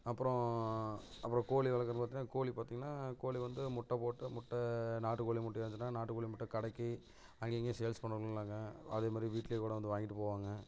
அப்புறம் அப்புறம் கோழி வளர்க்குறது பார்த்திங்கனா கோழி பார்த்திங்கனா கோழி வந்து முட்டை போட்டு முட்டை நாட்டுக்கோழி முட்டை இருந்துச்சுனா நாட்டுக்கோழி முட்டை கடைக்கு அங்கேங்கியும் சேல்ஸ் பண்ணுறவங்களாம் இருக்காங்க அதேமாதிரி வீட்டில கூட வந்து வாங்கிட்டு போவாங்க